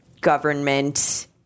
government